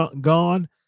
gone